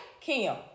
Kim